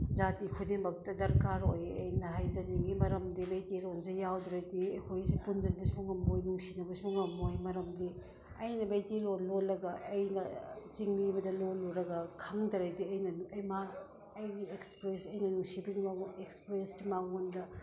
ꯖꯥꯇꯤ ꯈꯨꯗꯤꯡꯃꯛꯇ ꯗꯔꯀꯥꯔ ꯑꯣꯏꯌꯦ ꯑꯩꯅ ꯍꯥꯏꯖꯅꯤꯡꯏ ꯃꯔꯝꯗꯤ ꯃꯩꯇꯩꯂꯣꯟꯁꯦ ꯌꯥꯎꯗ꯭ꯔꯗꯤ ꯑꯩꯈꯣꯏꯁꯦ ꯄꯨꯟꯖꯟꯕꯁꯨ ꯉꯝꯃꯣꯏ ꯅꯨꯡꯁꯤꯅꯕꯁꯨ ꯉꯝꯃꯣꯏ ꯃꯔꯝꯗꯤ ꯑꯩꯅ ꯃꯩꯇꯩꯂꯣꯟ ꯂꯣꯟꯂꯒ ꯑꯩꯅ ꯆꯤꯡꯃꯤ ꯑꯃꯗ ꯂꯣꯟꯂꯨꯔꯒ ꯈꯪꯗ꯭ꯔꯗꯤ ꯑꯩꯒꯤ ꯑꯦꯛꯁꯄ꯭ꯔꯦꯁ ꯑꯩꯅ ꯅꯨꯡꯁꯤꯕꯒꯤ ꯑꯦꯛꯁꯄ꯭ꯔꯦꯁꯇꯨ ꯃꯉꯣꯟꯗ